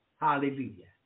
Hallelujah